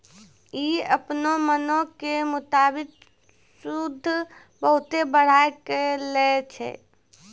इ अपनो मनो के मुताबिक सूद बहुते बढ़ाय के लै छै